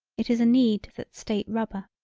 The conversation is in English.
it is a need that state rubber.